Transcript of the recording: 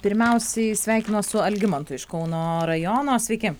pirmiausiai sveikinuos su algimantu iš kauno rajono sveiki